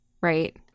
right